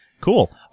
Cool